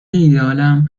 ایدهآلم